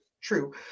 true